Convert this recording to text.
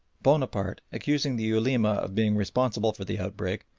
bonaparte, accusing the ulema of being responsible for the outbreak,